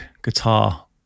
guitar